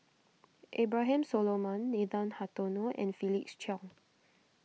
Abraham Solomon Nathan Hartono and Felix Cheong